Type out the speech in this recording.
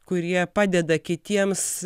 kurie padeda kitiems